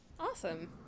Awesome